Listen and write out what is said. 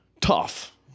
tough